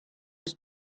was